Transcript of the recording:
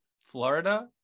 Florida